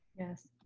yes.